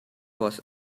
was